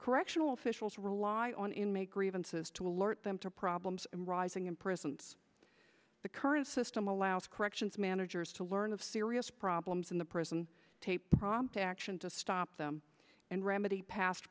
correctional fishel to rely on inmate grievances to alert them to problems arising in prisons the current system allows corrections managers to learn of serious problems in the prison tape prompt action to stop them and remedy past